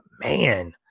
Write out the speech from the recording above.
man